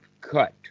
cut